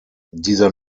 dieser